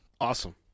Awesome